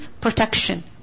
protection